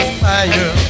fire